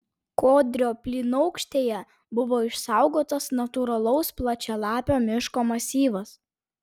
kodrio plynaukštėje buvo išsaugotas natūralaus plačialapio miško masyvas